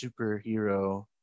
superhero